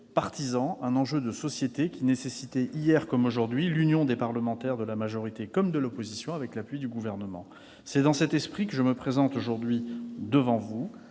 un enjeu de société, qui nécessitait, hier comme aujourd'hui, l'union des parlementaires, de la majorité comme de l'opposition, avec l'appui du Gouvernement. C'est dans cet esprit que je me présente aujourd'hui devant vous,